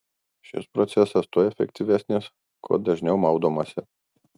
šis procesas tuo efektyvesnis kuo dažniau maudomasi